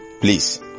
Please